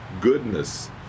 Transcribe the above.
goodness